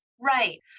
Right